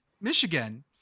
michigan